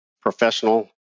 professional